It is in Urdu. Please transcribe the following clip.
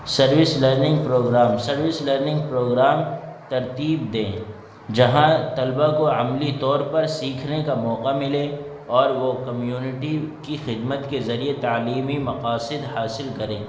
service learning programme service learning programme ترتیب دیں جہاں طلبا کو عملی طور پر سیکھنے کا موقع ملے اور وہ کمیونٹی کی خدمت کے ذریعے تعلیمی مقاصد حاصل کریں